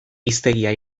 hiztegia